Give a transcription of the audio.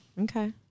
Okay